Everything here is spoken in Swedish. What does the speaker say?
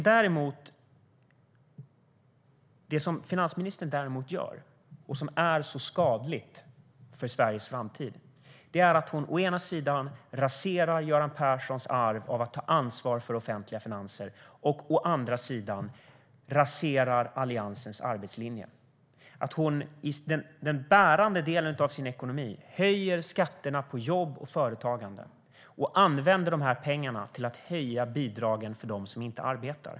Vad finansministern däremot gör, och som är så skadligt för Sveriges framtid, är att å ena sidan rasera Göran Perssons arv av att ta ansvar för offentliga finanser och å andra sidan rasera Alliansens arbetslinje. I den bärande delen av ekonomin höjer hon skatterna på jobb och företagande och använder pengarna till att höja bidragen för dem som inte arbetar.